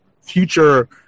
future